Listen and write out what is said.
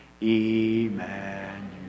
Emmanuel